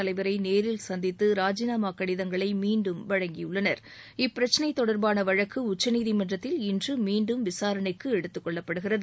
தலைவரை நேரில் சந்தித்து ராஜினாமா கடிதங்களை மீண்டும் வழங்கியுள்ளனர் இப்பிரச்சிளை தொடர்பாள வழக்கு உச்சநீதிமன்றத்தில் இன்று மீன்டும் விசாரணைக்கு எடுத்துக்கொள்ளப்படுகிறது